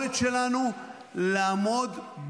בעצם זאת סחיטה: אני אפרק את הקואליציה אם לא תעבירו חוק מיותר,